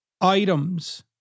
items